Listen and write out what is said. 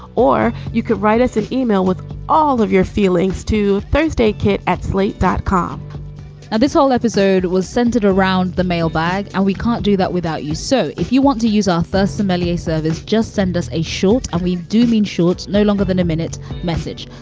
or you could write us an email with all of your feelings, too. thursday kit at slate dot com this whole episode was centered around the mailbag and we can't do that without you. so if you want to use author somalias service, just send us a short and we do mean shorts no longer than a minute message.